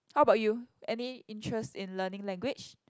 how about you any interest in learning language